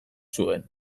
zuen